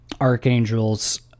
archangels